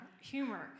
humor